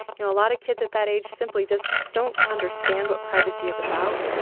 you know, a lot of kids at that age simply just don't understand what privacy is about.